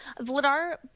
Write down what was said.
Vladar